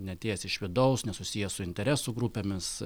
neatėjęs iš vidaus nesusijęs su interesų grupėmis